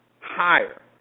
higher